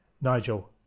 Nigel